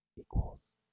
equals